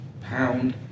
pound